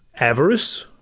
avarice,